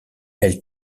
elle